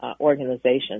organization